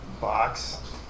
box